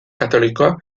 katolikoa